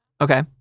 Okay